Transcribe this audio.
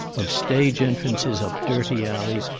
of stage entrances up dirty alleys,